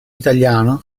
italiano